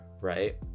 right